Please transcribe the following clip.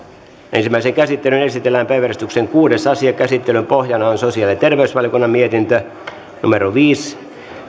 ensimmäiseen käsittelyyn esitellään päiväjärjestyksen kuudes asia käsittelyn pohjana on sosiaali ja terveysvaliokunnan mietintö viisi